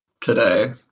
today